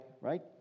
right